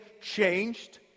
changed